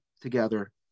together